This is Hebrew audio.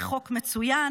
זה חוק מצוין,